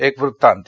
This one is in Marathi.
एक वृत्तांत